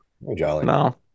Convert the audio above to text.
No